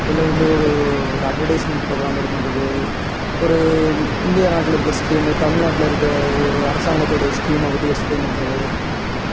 இல்லை வந்து ஒரு ஒரு அட்வர்டைஸ்மென்ட் ப்ரோக்ராம் மாதிரி பண்றது ஒரு இந்தியா நாட்டில் இருக்க ஸ்கீம் தமிழ்நாட்டில் இருக்க ஒரு அரசாங்கத்தோடய ஸ்கீமை பற்றி எக்ஸ்ப்லைன் பண்றது